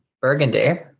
Burgundy